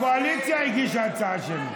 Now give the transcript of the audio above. הקואליציה הגישה הצעה שמית.